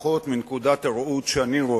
לפחות מנקודת הראות שלי,